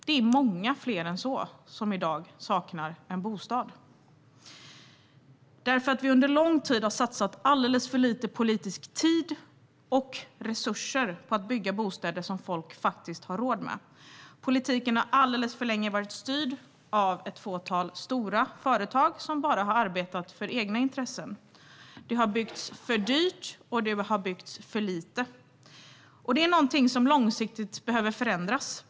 Det är många fler än flyktingar som i dag saknar en bostad, eftersom vi under lång tid har satsat alldeles för lite politisk tid och resurser på att bygga bostäder som folk faktiskt har råd med. Politiken har alldeles för länge varit styrd av ett fåtal stora företag som bara har arbetat för egna intressen. Det har byggts för dyrt och för lite, och det är något som långsiktigt behöver förändras.